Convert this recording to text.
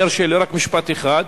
רק משפט אחד,